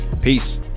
Peace